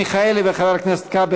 חבר הכנסת מיכאלי וחבר הכנסת כבל,